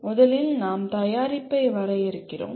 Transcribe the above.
முதலில் நாம் தயாரிப்பை வரையறுக்கிறோம்